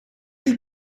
chi